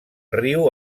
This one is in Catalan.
riu